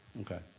Okay